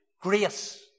Grace